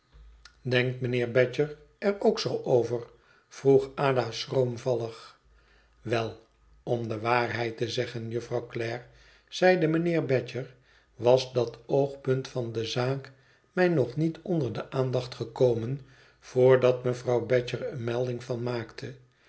denkt mijnheer badger er ook zoo over vroeg ada schroomvallig wel om de waarheid te zeggen jufvrouw clare zeide mijnheer badger was dat oogpunt van de zaak mij nog niet onder de aandacht gekomen voordat mevrouw badger er melding van maakte